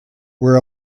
were